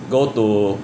go to